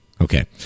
Okay